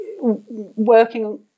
working